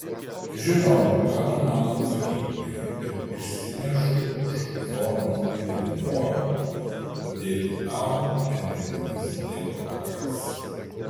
žinau ką tu man atsakytumei bet išsinešu už zonos didelį norą padėti tau ir mintims laiko pakaks